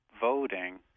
voting